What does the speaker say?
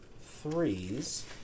threes